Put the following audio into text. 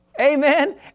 Amen